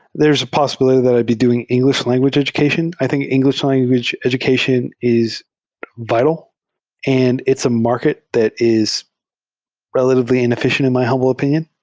there's a possibility that i'd be doing engl ish language education. i think engl ish language education is vital and it's a market that is re latively inefficient in my humble opinion.